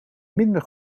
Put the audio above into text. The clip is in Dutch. minder